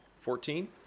fourteen